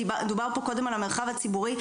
דובר פה קודם על המרחב הציבורי,